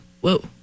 whoa